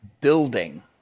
building